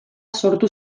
sortu